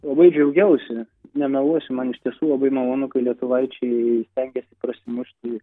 labai džiaugiausi nemeluosiu man iš tiesų labai malonu kai lietuvaičiai stengiasi prasimušti